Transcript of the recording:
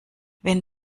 wenn